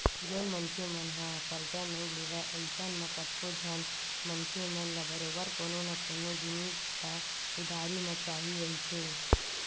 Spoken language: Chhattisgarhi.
जउन मनखे मन ह करजा नइ लेवय अइसन म कतको झन मनखे मन ल बरोबर कोनो न कोनो जिनिस ह उधारी म चाही रहिथे